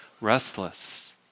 restless